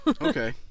Okay